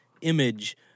image